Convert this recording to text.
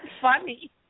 funny